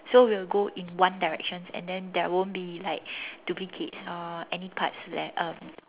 so we'll go in one directions and then there won't be like duplicates or any parts that uh